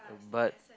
but